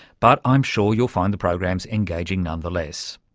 but i'm sure you'll find the programs engaging nonetheless.